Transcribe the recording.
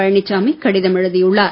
பழனிசாமி கடிதம் எழுதியுள்ளார்